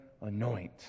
anoint